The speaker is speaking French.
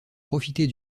profiter